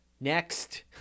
Next